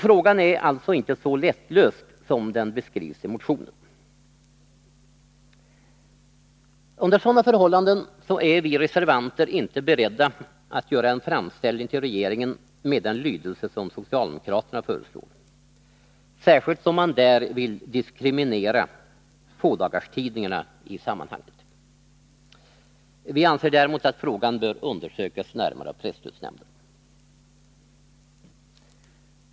Frågan är alltså inte så lättlöst som den beskrivs i motionen. Under sådana förhållanden är vi reservanter inte beredda att göra en framställning till regeringen med den lydelse som socialdemokraterna föreslår, särskilt som man där vill diskriminera fådagarstidningarna i sammanhanget. Vi anser däremot att frågan bör undersökas närmare av presstödsnämnden.